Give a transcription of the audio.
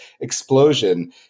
explosion